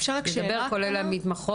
אפשר רק שאלה קטנה?